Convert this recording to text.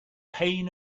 pain